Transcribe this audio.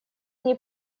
ней